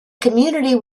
community